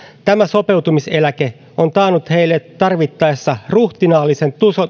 tämä sopeutumiseläke on taannut heille tarvittaessa ruhtinaallisen